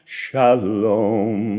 shalom